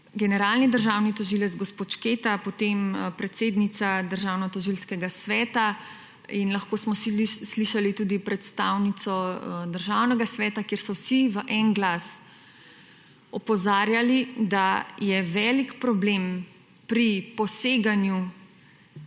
generalni državni tožilec gospod Šketa, potem predsednica Državno-tožilskega sveta in lahko smo slišali tudi predstavnico Državnega sveta, kjer so vsi v eden glas opozarjali, da je velik problem pri poseganju Vlade